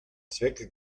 zwecke